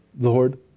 Lord